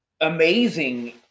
amazing